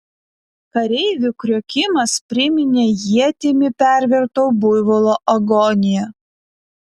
kareivių kriokimas priminė ietimi perverto buivolo agoniją